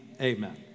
Amen